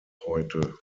heute